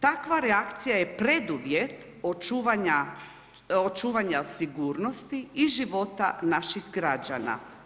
Takva reakcija je preduvjet očuvanja sigurnosti i života naših građana.